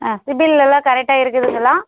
ஆ சிபில்லலாம் கரெக்டா இருக்குதுங்களா